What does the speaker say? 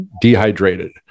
dehydrated